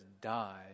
die